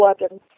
weapons